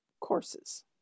courses